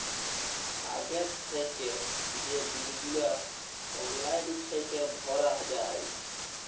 আগে থ্যাইকে যে বিল গুলা অললাইল থ্যাইকে ভরা যায়